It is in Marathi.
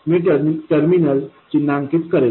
मी टर्मिनल चिन्हांकित करेल